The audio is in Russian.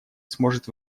сможет